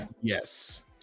Yes